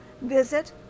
visit